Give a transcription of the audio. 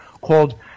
called